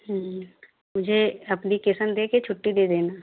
हम्म मुझे एप्लीकेशन दे के छुट्टी दे देना